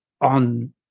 on